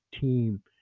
team